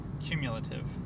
Cumulative